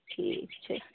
ठीक छै